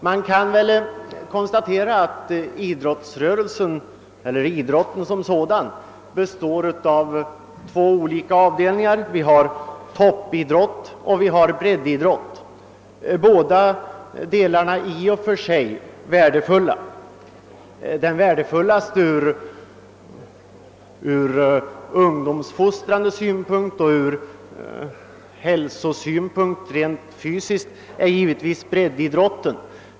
Man kan säga att idrotten består av två delar: toppidrotten och breddidrotten. Båda delarna är i och för sig värdefulla. Värdefullast ur ungdomsfostrande synpunkt och ur den fysiska fostrans synpunkt, dvs. ur hälsosynpunkt, är givetvis breddidrotten.